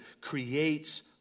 creates